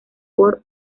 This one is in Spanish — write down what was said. por